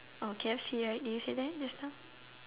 oh KFC right you said that just now